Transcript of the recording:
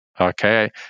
okay